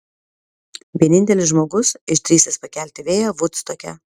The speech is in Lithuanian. vienintelis žmogus išdrįsęs pakelti vėją vudstoke